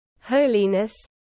holiness